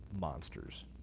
monsters